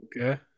Okay